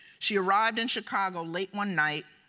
she arrived in chicago late one night,